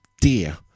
dear